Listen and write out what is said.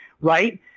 right